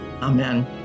Amen